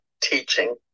teaching